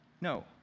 No